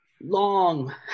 long